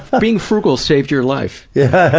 being frugal saved your life. yeah,